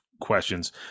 questions